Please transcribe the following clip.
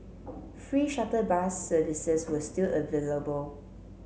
free shuttle bus services were still available